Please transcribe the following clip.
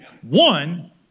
One